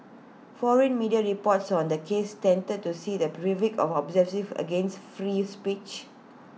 foreign media reports on the case tended to see the as oppressive against free speech